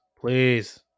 please